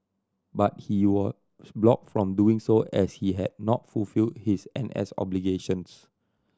but he was blocked from doing so as he had not fulfill his N S obligations